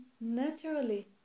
naturally